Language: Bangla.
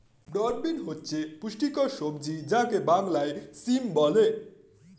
ব্রড বিন হচ্ছে পুষ্টিকর সবজি যাকে বাংলায় সিম বলে